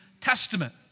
Testament